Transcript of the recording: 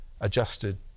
adjusted